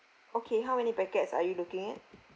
okay how many packets are you looking at